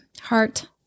Heart